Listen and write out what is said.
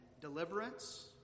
deliverance